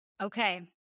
Okay